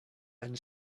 and